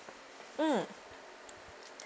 mm